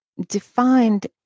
defined